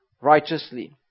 righteously